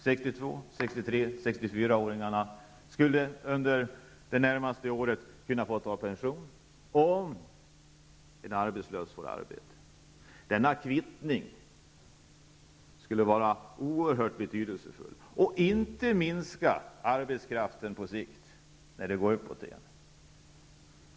Människor i åldern 62--64 år skulle det närmaste året kunna ta pension om en arbetslös får arbete. Denna kvittning skulle vara oerhört betydelsefull. Det skulle heller inte minska arbetskraften på sikt när konjunkturen går uppåt igen.